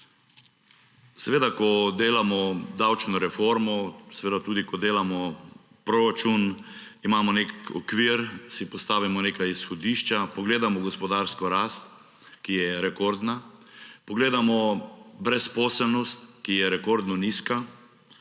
Seveda ko delamo davčno reformo, seveda tudi, ko delamo proračun, imamo nek okvir, si postavimo neka izhodišča, pogledamo gospodarsko rast, ki je rekordna, pogledamo brezposelnost, ki je rekordno nizka,